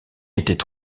était